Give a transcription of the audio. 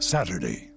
Saturday